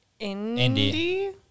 Indie